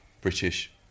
British